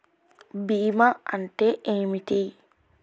బీమా అంటే ఏమిటి?